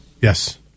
Yes